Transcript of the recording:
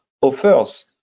offers